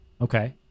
Okay